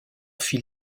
fit